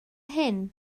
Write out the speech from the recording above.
hyn